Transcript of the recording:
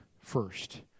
first